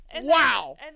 Wow